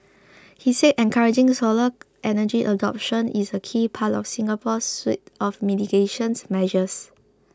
he said encouraging solar energy adoption is a key part of Singapore's suite of mitigations measures